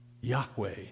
Yahweh